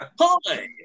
Hi